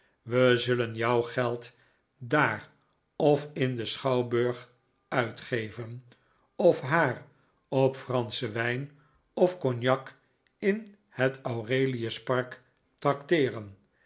we zullen jouw geld daar of in den schouwburg uitgeven of haar op franschen wijn of cognac in het aurelius park trakteeren